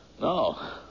No